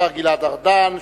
השר גלעד ארדן,